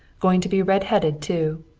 going to be red-headed, too.